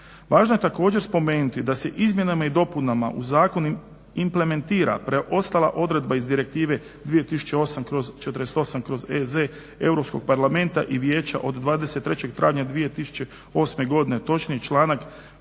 Važno je također spomenuti da se izmjenama i dopunama u zakon implementira ostala odredba iz Direktive 2008/48/EZ Europskog parlamenta i Vijeća od 23.travnja 2008.godine točnije članak